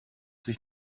sich